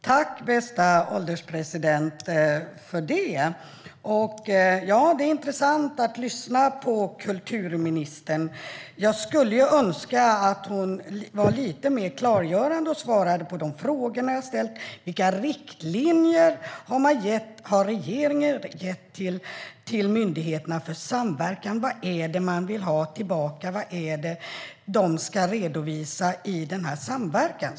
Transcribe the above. Herr ålderspresident! Det är intressant att lyssna på kulturministern. Men jag skulle önska att hon var lite mer klargörande och svarade på de frågor som jag har ställt. Vilka riktlinjer för samverkan har regeringen gett myndigheterna? Vad vill man ha tillbaka? Vad ska de redovisa i denna samverkan?